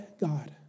God